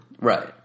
Right